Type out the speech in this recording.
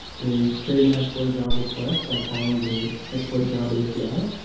we create an export job requests by calling the export job api.